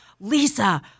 Lisa